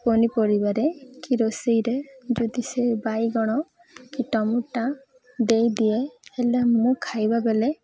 ପନିପରିବାରେ କି ରୋଷେଇରେ ଯଦି ସେ ବାଇଗଣ କି ଟମାଟ ଦେଇଦିଏ ହେଲେ ମୁଁ ଖାଇବାବେଳେ